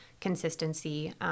consistency